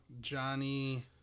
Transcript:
Johnny